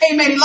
Amen